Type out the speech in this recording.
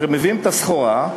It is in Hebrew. הרי מביאים את הסחורה,